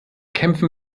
kämpfen